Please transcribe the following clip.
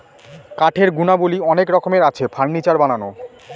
কাঠের গুণাবলী অনেক রকমের আছে, ফার্নিচার বানানো